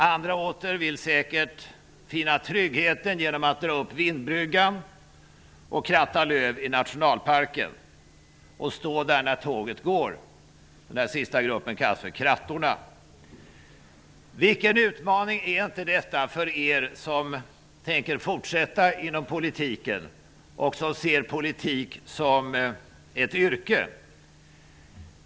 Andra åter vill säkert finna tryggheten genom att dra upp vindbryggan, kratta löv i nationalparken och stå där när tåget går. Den sista gruppen kallas för krattorna. Vilken utmaning är inte detta för er som tänker fortsätta inom politiken och ser politik som ett yrke!